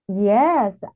Yes